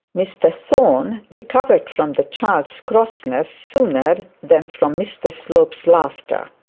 mr thorne recovered from the child's crossness sooner than from mr slope's laughter.